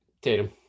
Tatum